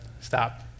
stop